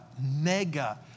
mega